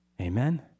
Amen